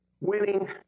Winning